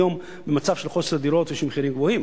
היום במצב של חוסר דירות יש מחירים גבוהים.